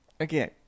Okay